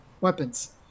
weapons